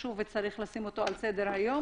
חשוב וצריך לשים אותו על סדר היום.